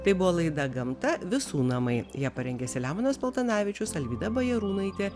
tai buvo laida gamta visų namai ją parengė saliamonas paltanavičius alvyda bajarūnaitė